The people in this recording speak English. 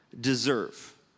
deserve